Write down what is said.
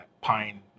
pine